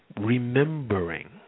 remembering